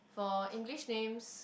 for English names